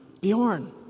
Bjorn